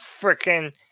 freaking